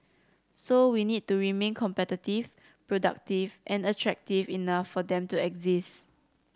so we need to remain competitive productive and attractive enough for them to exist